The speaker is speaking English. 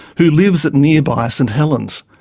who lives at nearby st helens.